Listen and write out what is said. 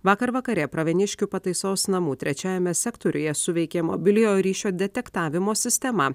vakar vakare pravieniškių pataisos namų trečiajame sektoriuje suveikė mobiliojo ryšio detektavimo sistema